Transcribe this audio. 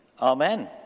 amen